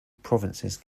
provinces